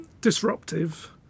disruptive